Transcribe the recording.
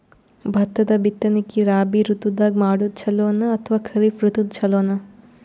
ಭತ್ತದ ಬಿತ್ತನಕಿ ರಾಬಿ ಋತು ದಾಗ ಮಾಡೋದು ಚಲೋನ ಅಥವಾ ಖರೀಫ್ ಋತು ಚಲೋನ?